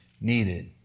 needed